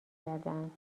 کردهاند